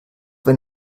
wenn